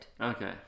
Okay